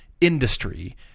industry